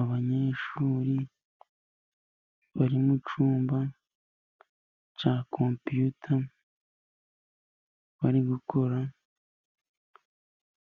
Abanyeshuri bari mu cyumba cya kompiyuta bari gukora